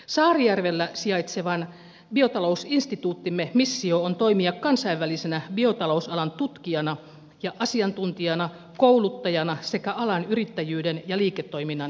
saarijärvellä sijaitsevan biotalousinstituuttimme missio on toimia kansainvälisenä biotalousalan tutkijana ja asiantuntijana kouluttajana sekä alan yrittäjyyden ja liiketoiminnan kehittäjänä